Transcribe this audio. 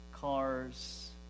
cars